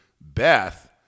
Beth